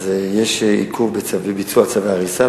יש עיכוב בביצוע צווי הריסה,